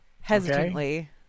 hesitantly